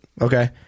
Okay